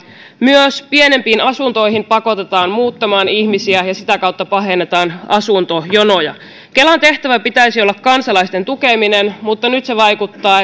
myös pienempiin asuntoihin pakotetaan ihmisiä muuttamaan ja sitä kautta pahennetaan asuntojonoja kelan tehtävän pitäisi olla kansalaisten tukeminen mutta nyt vaikuttaa